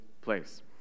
place